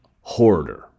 hoarder